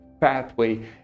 pathway